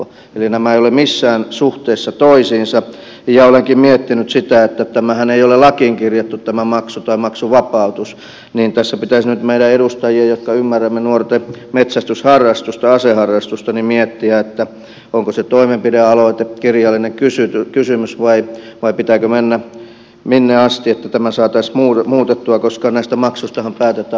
eli nämä eivät ole missään suhteessa toisiinsa ja olenkin miettinyt sitä että kun tämä maksu tai maksuvapautushan ei ole lakiin kirjattu niin tässä pitäisi nyt meidän edustajien jotka ymmärrämme nuorten metsästysharrastusta aseharrastusta miettiä onko se toimenpidealoite kirjallinen kysymys vai pitääkö mennä minne asti että tämä saataisiin muutettua koska näistä maksuistahan päätetään maksuasetuksessa